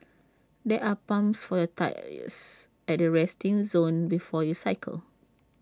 there are pumps for your tyres at the resting zone before you cycle